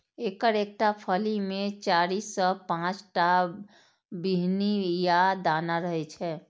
एकर एकटा फली मे चारि सं पांच टा बीहनि या दाना रहै छै